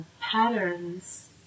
patterns